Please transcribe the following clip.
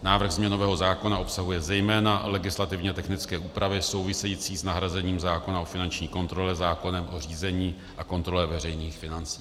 Návrh změnového zákona obsahuje zejména legislativně technické úpravy související s nahrazením zákona o finanční kontrole zákonem o řízení a kontrole veřejných financí.